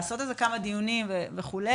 לעשות כמה דיונים וכו'.